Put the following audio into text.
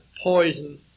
poison